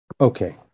Okay